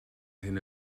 hyn